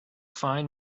fine